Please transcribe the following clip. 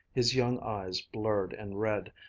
his young eyes, blurred and red,